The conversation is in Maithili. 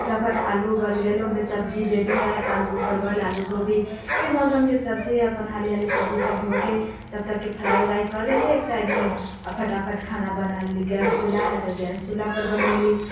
फटाफट आलू उबलि गेल ओइमे सब्जी जे भी हय आलू परवल आलू गोभी जे मौसमके सब्जी हय अपन हाली हाली सब्जी सब धोके तब तबके फ्राइ उराइ कर लेली एक साइडमे आ फटाफट खाना बना लेली गैस चूल्हा हय तऽ गैस चूल्हापर बनेली